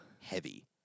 heavy